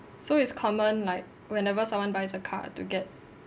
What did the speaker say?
so it's common like whenever someone buys a car to get